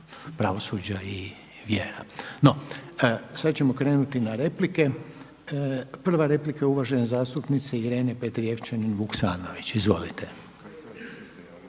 razumije./… No, sada ćemo krenuti na replike. Prva replika je uvažene zastupnice Irene Petrijevčanin-Vuksanović. **Petrijevčanin